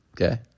okay